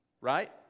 right